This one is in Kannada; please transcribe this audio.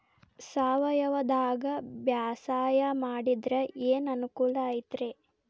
ಸಾವಯವದಾಗಾ ಬ್ಯಾಸಾಯಾ ಮಾಡಿದ್ರ ಏನ್ ಅನುಕೂಲ ಐತ್ರೇ?